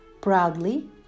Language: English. proudly